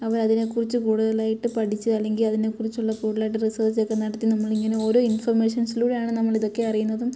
അവരതിനെ കുറിച്ച് കൂടുതലായിട്ട് പഠിച്ച് അല്ലെങ്കി അതിനെക്കുറിച്ചുള്ള കൂടുതലായിട്ട് റീസേർച്ച് ഒക്കെ നടത്തി നമ്മളിങ്ങനെ ഓരോ ഇൻഫൊർമേഷൻസിലൂടെയാണ് നമ്മളിതൊക്കെ അറിയുന്നതും